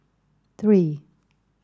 three